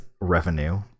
revenue